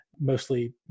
mostly